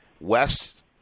west